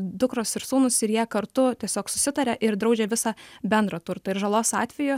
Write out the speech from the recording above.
dukros ir sūnūs ir jie kartu tiesiog susitaria ir draudžia visą bendrą turtą ir žalos atveju